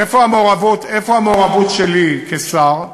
איפה המעורבות שלי כשר?